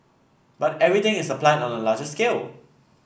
but everything is applied on a larger scale